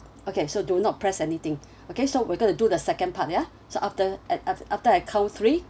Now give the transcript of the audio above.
okay so do not press anything okay so we're going to do the second part ya so after at after after I count three